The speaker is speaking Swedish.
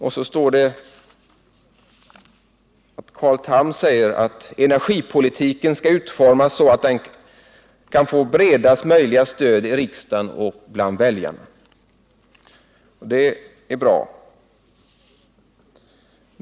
Och Carl Tham säger där att energipolitiken skall utformas så att den kan få bredaste möjliga stöd i riksdagen och bland väljarna.-Det är bra.